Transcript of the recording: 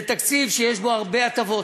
זה תקציב שיש בו הרבה הטבות.